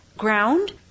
ground